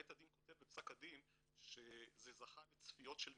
בית הדין כותב בפסק הדין שזה זכה לצפיות של מיליונים,